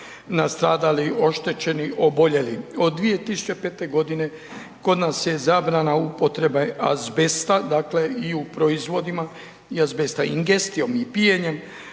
nastradali, oštećeni, oboljeli. Od 2005. godine kod nas je zabrana upotreba azbesta, dakle i u proizvodima i azbesta ingestijom i pijenjem